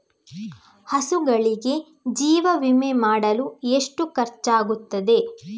ಹಸುಗಳಿಗೆ ಜೀವ ವಿಮೆ ಮಾಡಲು ಎಷ್ಟು ಖರ್ಚಾಗುತ್ತದೆ?